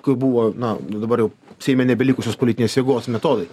kai buvo na dabar jau seime nebelikusios politinės jėgos metodai